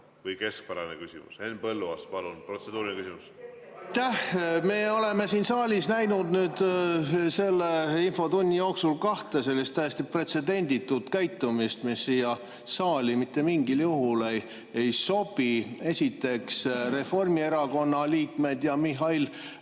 või keskpärane küsimus. Henn Põlluaas, palun, protseduuriline küsimus! Aitäh! Me oleme näinud selle infotunni jooksul kahte sellist täiesti pretsedenditut käitumist, mis siia saali mitte mingil juhul ei sobi. Esiteks, Reformierakonna liikmed ja Mihhail